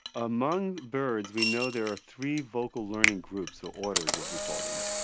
among birds we know there are three vocal learning groups, or orders, as we call them.